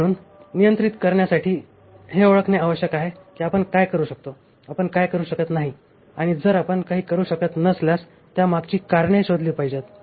म्हणून नियंत्रित करण्यासाठी हे ओळखणे आवश्यक आहे की आपण काय करू शकतो आपण काय करू शकत नाही आणि जर आपण काही करू शकत नसल्यास त्यामागची करणे शोधली पाहिजेत